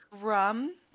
rum